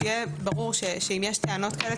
שיהיה ברור שאם יש טענות כאלה,